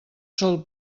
sol